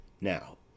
Now